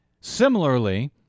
Similarly